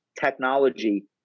technology